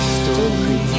story